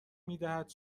میدهد